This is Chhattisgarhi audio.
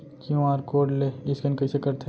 क्यू.आर कोड ले स्कैन कइसे करथे?